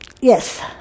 Yes